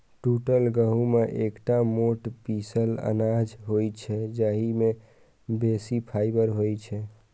टूटल गहूम एकटा मोट पीसल अनाज होइ छै, जाहि मे बेसी फाइबर होइ छै